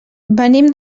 venim